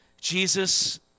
Jesus